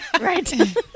Right